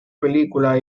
película